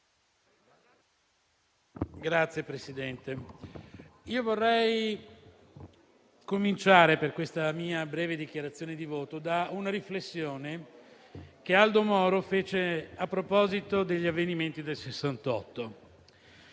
Signor Presidente, vorrei cominciare questa mia breve dichiarazione di voto con una riflessione che Aldo Moro fece a proposito degli avvenimenti del 1968.